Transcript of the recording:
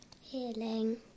Healing